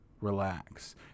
Relax